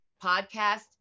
podcast